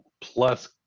plus